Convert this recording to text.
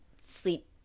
sleep